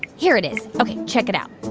here it is. ok. check it out